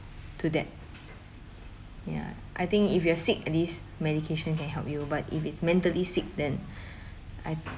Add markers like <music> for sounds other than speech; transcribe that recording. to that ya I think if you are sick at least medication can help you but if it's mentally sick then <breath> I